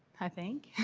i think.